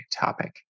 topic